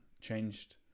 changed